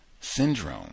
syndrome